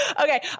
Okay